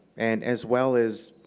and as well as,